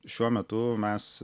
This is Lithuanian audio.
šiuo metu mes